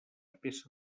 peça